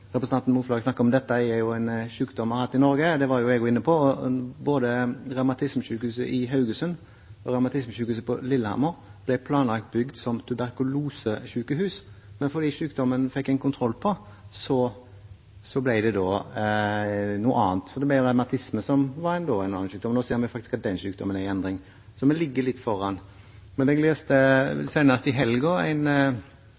representanten Moflag snakker om at dette er en sykdom vi har hatt i Norge, det var også jeg inne på. Både revmatismesykehuset i Haugesund og revmatismesykehuset på Lillehammer ble planlagt bygd som tuberkulosesykehus, men fordi man fikk kontroll med sykdommen, gikk de over til noe annet – revmatisme, som er en annen sykdom. Nå ser vi faktisk at den sykdommen er i endring, så vi ligger litt foran. Senest i helgen leste jeg